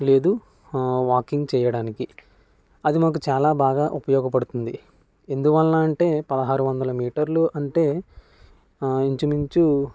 లేదా వాకింగ్ చేయడానికి అది మాకు చాలా బాగా ఉపయోగపడుతుంది ఎందువల్ల అంటే పదహారువందల మీటర్లు అంటే ఇంచుమించు